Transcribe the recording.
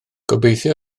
gobeithio